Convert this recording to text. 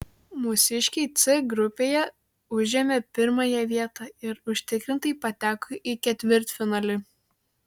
mūsiškiai c grupėje užėmė pirmąją vietą ir užtikrintai pateko į ketvirtfinalį